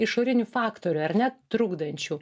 išorinių faktorių ar ne trukdančių